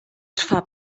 trwa